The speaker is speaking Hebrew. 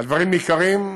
הדברים ניכרים.